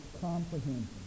comprehension